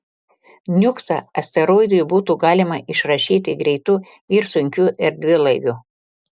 niuksą asteroidui būtų galima išrašyti greitu ir sunkiu erdvėlaiviu